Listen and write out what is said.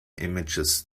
images